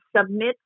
submit